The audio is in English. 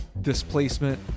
displacement